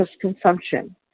consumption